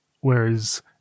Whereas